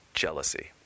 jealousy